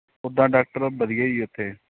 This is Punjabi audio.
ਉਦਾਂ ਡਾਕਟਰ ਵਧੀਆ ਜੀ ਉੱਥੇ